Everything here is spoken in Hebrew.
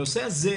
הנושא הזה,